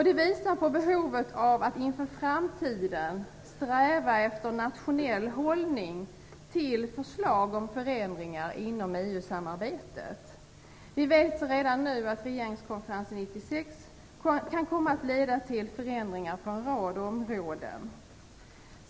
Det visar på behovet av att inför framtiden sträva efter nationell hållning i förslag om förändringar inom EU-samarbetet. Vi vet redan nu att regeringskonferensen 1996 kan komma att leda till förändringar på en rad områden.